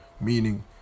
Meaning